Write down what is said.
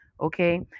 Okay